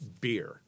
beer